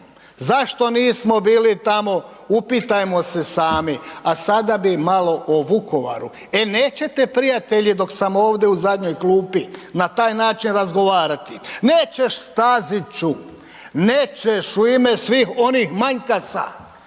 Zašto nismo bili tamo, upitajmo se sami? A sada bi malo o Vukovaru. E nećete prijatelji dok sam ovdje u zadnjoj klupi na taj način razgovarati. nećeš Staziću, nećeš u ime svih onih Manjkasa